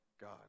God